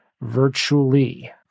virtually